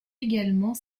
également